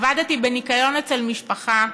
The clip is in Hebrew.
עבדתי בניקיון אצל משפחה,